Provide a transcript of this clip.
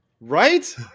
right